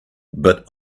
but